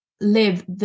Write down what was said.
live